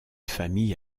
famille